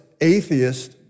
atheist